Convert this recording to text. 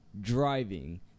Driving